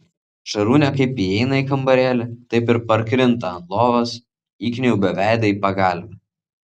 šarūnė kaip įeina į kambarėlį taip ir parkrinta ant lovos įkniaubia veidą į pagalvę